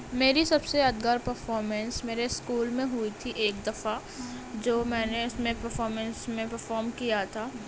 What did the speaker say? میری سب سے یادگار پرفامنس میرے اسکول میں ہوئی تھی ایک دفعہ جو میں نے اس میں پرفامنس میں پرفام کیا تھا